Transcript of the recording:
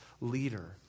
leader